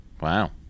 Wow